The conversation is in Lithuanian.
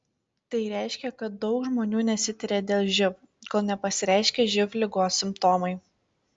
tai reiškia kad daug žmonių nesitiria dėl živ kol nepasireiškia živ ligos simptomai